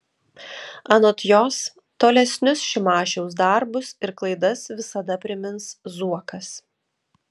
anot jos tolesnius šimašiaus darbus ir klaidas visada primins zuokas